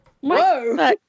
Whoa